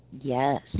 Yes